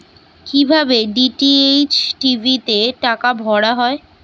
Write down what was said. কি ভাবে DTH TV তে টাকা ভরা হয়?